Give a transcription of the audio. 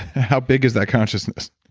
how big is that consciousness?